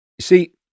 See